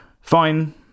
Fine